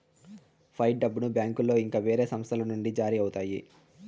fight డబ్బును బ్యాంకులో ఇంకా వేరే సంస్థల నుండి జారీ అవుతాయి